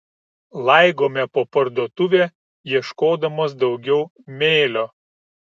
laigome po parduotuvę ieškodamos daugiau mėlio